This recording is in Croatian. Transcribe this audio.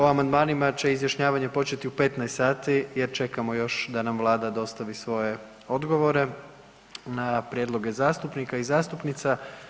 O amandmanima će izjašnjavanje početi u 15,00 sati jer čekamo još da nam Vlada dostavi svoje odgovore na prijedloge zastupnika i zastupnica.